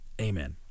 Amen